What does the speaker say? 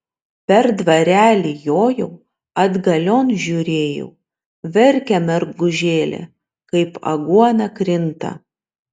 per dvarelį jojau atgalion žiūrėjau verkia mergužėlė kaip aguona krinta